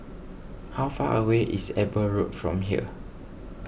how far away is Eber Road from here